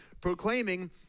proclaiming